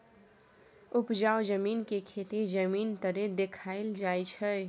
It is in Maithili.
उपजाउ जमीन के खेती जमीन तरे देखाइल जाइ छइ